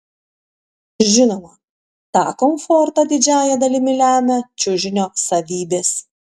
žinoma tą komfortą didžiąja dalimi lemia čiužinio savybės